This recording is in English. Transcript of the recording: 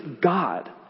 God